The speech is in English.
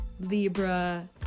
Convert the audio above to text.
Libra